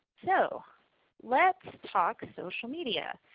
so let's talk social media.